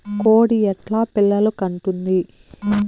కోడి ఎట్లా పిల్లలు కంటుంది?